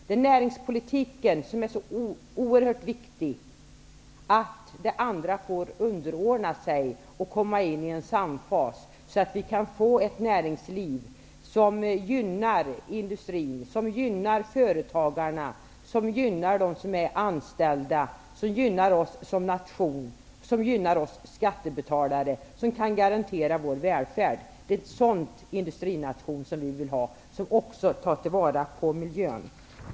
Det är näringspolitiken som är så oerhört viktig att andra områden får underordna sig och komma in i en samfas så att vi får ett näringsliv som gynnar industrin, företagarna, de anställda, vår nation och oss skattebetalare, och som kan garantera vår välfärd. Det är en sådan industrination, som också tar tillvara miljön, som vi socialdemokrater vill ha.